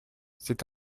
c’est